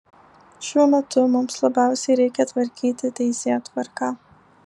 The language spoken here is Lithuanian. šiuo metu mums labiausiai reikia tvarkyti teisėtvarką